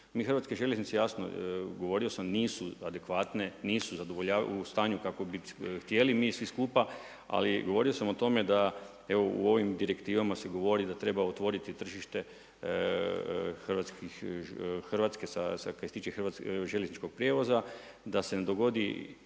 Mi Hrvatske željeznice, jasno nisu adekvatne, nisu u stanju kako bi htjeli mi svi skupa ali govorio sam o tome, evo u ovim direktivama se govori da treba otvoriti tržište Hrvatske sa, što se tiče željezničkog prijevoza da se ne dogodi